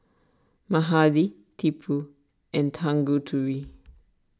Mahade Tipu and Tanguturi